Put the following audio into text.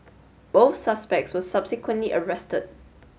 both suspects were subsequently arrested